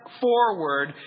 forward